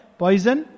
poison